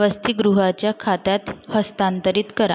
वसतिगृहाच्या खात्यात हस्तांतरित करा